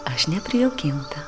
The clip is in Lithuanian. aš neprijaukinta